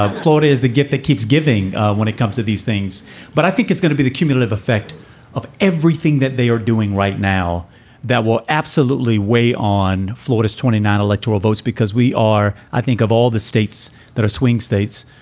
ah florida is the gift that keeps giving when it comes to these things but i think it's gonna be the cumulative effect of everything that they are doing right now that will absolutely weigh on florida's twenty nine electoral votes, because we are i think of all the states that are swing states,